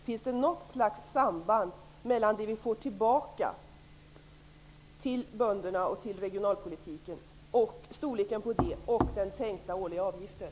Finns det något slags samband mellan storleken på det belopp vi får tillbaka till bönderna och till regionalpolitiken och storleken på den tänkta årliga avgiften?